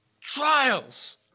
trials